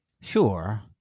sure